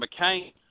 McCain